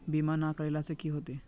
बीमा ना करेला से की होते?